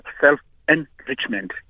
self-enrichment